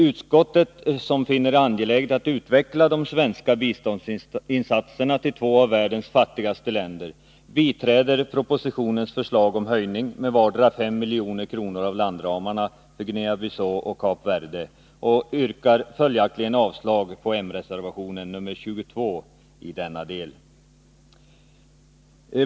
Utskottet, som finner det angeläget att utveckla de svenska biståndsinsatserna till två av världens fattigaste länder, biträder propositionens förslag om höjning med vardera 5 milj.kr. av landramarna för Guinea-Bissau och Kap Verde. Jag yrkar därför avslag på reservation 22 i denna del.